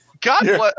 God